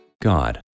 God